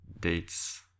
dates